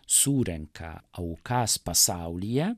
surenka aukas pasaulyje